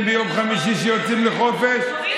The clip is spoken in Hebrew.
מועדים שלא יובאו בחשבון במניין התקופות שבסעיף